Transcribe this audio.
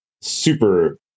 super